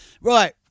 Right